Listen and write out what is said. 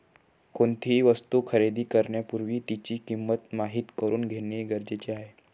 कोणतीही वस्तू खरेदी करण्यापूर्वी तिची किंमत माहित करून घेणे गरजेचे आहे